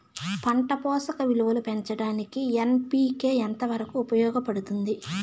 పంట పోషక విలువలు పెంచడానికి ఎన్.పి.కె ఎంత వరకు ఉపయోగపడుతుంది